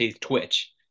Twitch